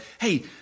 hey